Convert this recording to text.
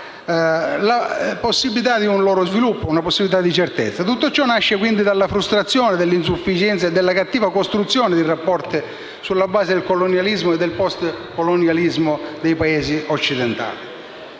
possibilità di sviluppo, certezze. Tutto ciò nasce quindi dalla frustrazione, dall'insufficienza e dalla cattiva costruzione di rapporti sulla base del colonialismo e del *post*-colonialismo dei Paesi occidentali.